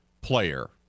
player